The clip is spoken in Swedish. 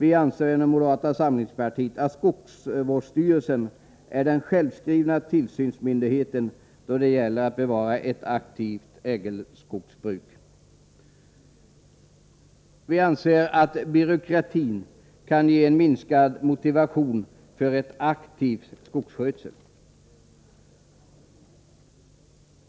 Inom moderata samlingspartiet anser vi att skogsvårdsstyrelsen är den självskrivna tillsynsmyndigheten när det gäller att bevara ett aktivt ädelskogsbruk. Byråkratin kan ge en minskad motivation för en aktiv skogsskötsel.